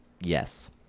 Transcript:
yes